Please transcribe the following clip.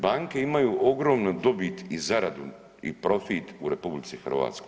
Banke imaju ogromnu dobit i zaradu i profit u RH.